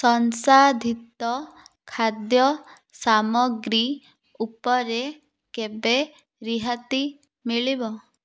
ସଂସାଧିତ ଖାଦ୍ୟ ସାମଗ୍ରୀ ଉପରେ କେବେ ରିହାତି ମିଳିବ